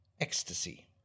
ecstasy